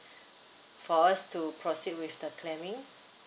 for us to proceed with the planning